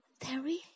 Terry